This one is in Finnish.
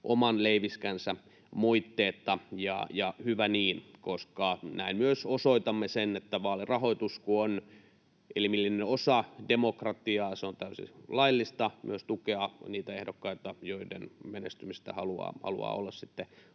oman leiviskänsä moitteetta, ja hyvä niin. Näin myös osoitamme sen, että kun vaalirahoitus on elimellinen osa demokratiaa, niin on täysin laillista myös tukea niitä ehdokkaita, joiden menestymistä haluaa olla